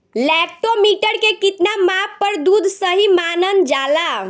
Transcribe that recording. Lactometer के कितना माप पर दुध सही मानन जाला?